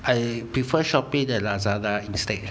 I prefer Shopee than Lazada instead